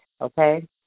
okay